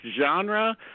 genre